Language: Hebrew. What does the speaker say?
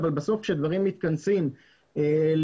אבל בסוף כשהדברים מתכנסים לתובע,